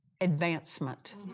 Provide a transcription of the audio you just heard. advancement